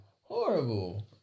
Horrible